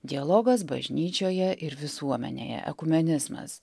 dialogas bažnyčioje ir visuomenėje ekumenizmas